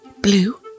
blue